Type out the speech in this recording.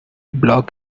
block